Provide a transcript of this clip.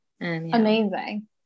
Amazing